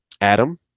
Adam